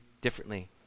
differently